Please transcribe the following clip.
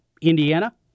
Indiana